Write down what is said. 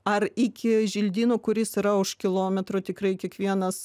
ar iki želdyno kuris yra už kilometrų tikrai kiekvienas